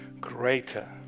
Greater